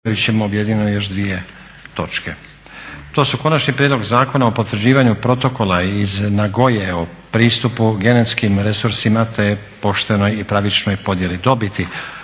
objedinjeno još dvije točke. To su: - Konačni prijedlog Zakona o potvrđivanju Protokola iz Nagoye o pristupu genetskim resursima te poštenoj i pravičnoj podjeli dobiti